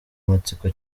amatsiko